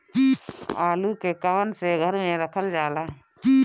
आलू के कवन से घर मे रखल जाला?